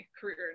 career